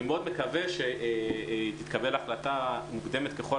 אני מאוד מקווה שתתקבל החלטה מוקדמת ככל